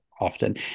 often